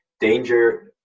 Danger